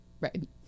Right